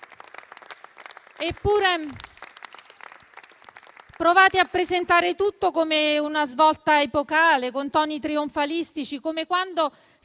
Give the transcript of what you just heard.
Eppure, provate a presentare tutto come una svolta epocale con toni trionfalistici, come quando